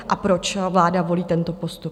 A proč vláda volí tento postup?